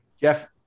jeff